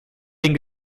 den